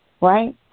right